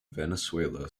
venezuela